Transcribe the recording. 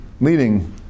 leading